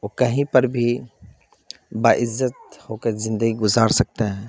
وہ کہیں پر بھی با عزت ہو کے زندگی گزار سکتے ہیں